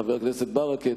חבר הכנסת ברכה,